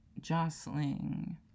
jostling